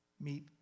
meet